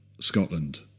Scotland